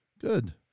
Good